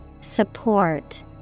Support